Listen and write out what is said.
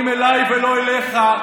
זה מה שכואב לך,